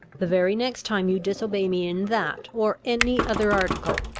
the very next time you disobey me in that or any other article,